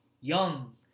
young